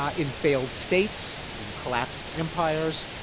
um in failed states, in collapsed empires,